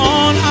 on